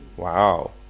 Wow